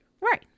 Right